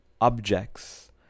objects